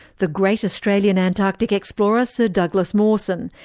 the great australian antarctic explorer, sir douglas mawson,